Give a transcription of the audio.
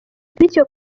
bityo